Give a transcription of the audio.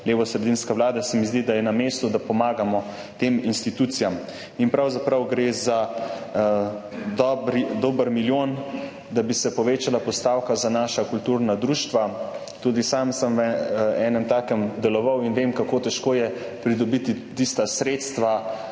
levosredinska vlada, se mi zdi, da je na mestu, da pomagamo tem institucijam. Pravzaprav gre za dober milijon, da bi se povečala postavka za naša kulturna društva. Tudi sam sem v enem takem deloval in vem, kako težko je pridobiti tista sredstva.